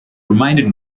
reminded